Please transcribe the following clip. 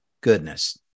goodness